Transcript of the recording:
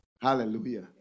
Hallelujah